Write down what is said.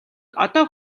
одоо